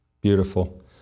beautiful